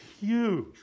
huge